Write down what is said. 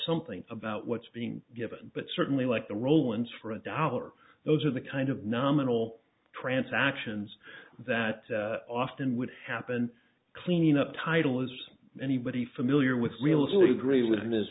something about what's being given but certainly like the rolands for a dollar those are the kind of nominal transactions that often would happen cleaning up title as anybody familiar with wheels leave religion is